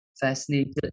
fascinated